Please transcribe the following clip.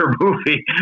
movie